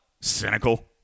cynical